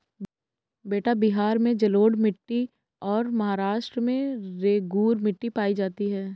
बेटा बिहार में जलोढ़ मिट्टी और महाराष्ट्र में रेगूर मिट्टी पाई जाती है